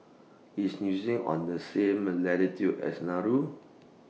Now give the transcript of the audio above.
IS New on The same latitude as Nauru